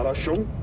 ah shumbh,